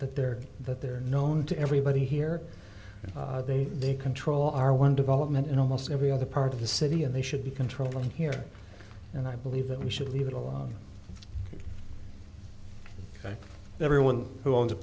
that they're that they're known to everybody here they they control are one development in almost every other part of the city and they should be controlling here and i believe that we should leave it alone but everyone who owns a